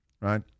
right